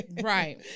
Right